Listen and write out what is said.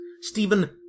Stephen